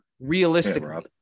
Realistically